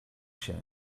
się